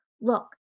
Look